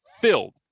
filled